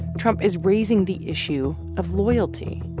trump is raising the issue of loyalty.